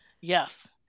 Yes